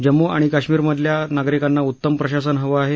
जम्मू आणि काश्मीरमधल्या नागरिकांना उत्तम प्रशासन हवं आहे